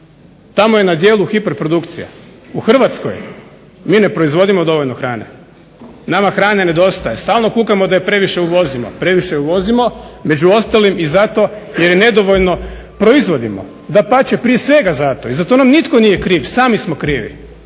Tamo je na djelu hiperprodukcija. U Hrvatskoj mi ne proizvodimo dovoljno hrane. Nama hrane nedostaje. Stalno kukamo da je previše uvozimo, previše je uvozimo. Među ostalim i zato jer je nedovoljno proizvodimo. Dapače, prije svega zato i za to nam nitko nije kriv. Sami smo krivi.